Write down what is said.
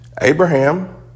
Abraham